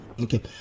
Okay